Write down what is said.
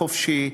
חופשי,